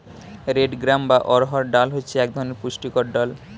red gram বা অড়হর ডাল হচ্ছে এক ধরনের পুষ্টিকর ডাল